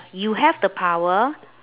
you have the power